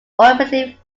ultimately